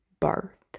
birth